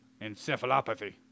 encephalopathy